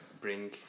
bring